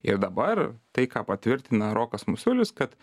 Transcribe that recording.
ir dabar tai ką patvirtina rokas masiulis kad